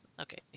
Okay